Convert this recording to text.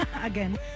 Again